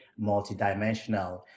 multidimensional